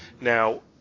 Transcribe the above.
Now